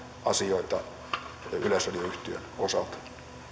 asioita yleisradio yhtiön osalta